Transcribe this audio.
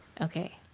Okay